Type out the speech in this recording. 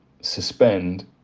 suspend